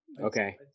okay